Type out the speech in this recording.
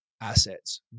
assets